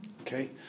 Okay